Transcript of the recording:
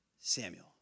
Samuel